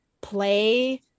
play